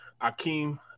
Akeem